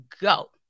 go